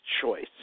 choice